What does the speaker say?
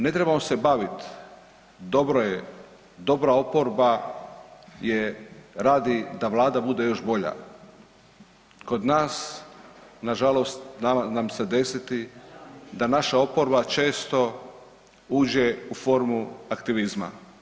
Ne trebamo se baviti dobro je dobra oporba je radi da Vlada bude još bolja, kod nas nažalost znalo nam se desiti da naša oporba često uđe u formu aktivizma.